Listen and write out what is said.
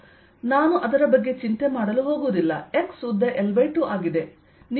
ಆದ್ದರಿಂದ ನಾನು ಅದರ ಬಗ್ಗೆ ಚಿಂತೆ ಮಾಡಲು ಹೋಗುವುದಿಲ್ಲ x ಉದ್ದ L2 ಆಗಿದೆ